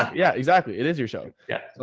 yeah, exactly. it is your show. yeah